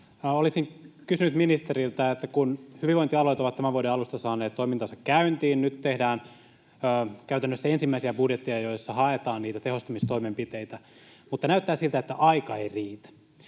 olisin kysynyt ministeriltä, että kun hyvinvointialueet ovat tämän vuoden alusta saaneet toimintansa käyntiin ja nyt tehdään käytännössä ensimmäisiä budjetteja, joissa haetaan niitä tehostamistoimenpiteitä, niin näyttää siltä, että aika ei riitä.